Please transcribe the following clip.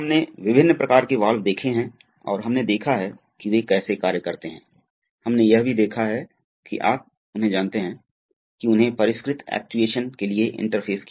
keywords reciprocating circuit regenerative circuit solenoid राहत valve check valve extension stroke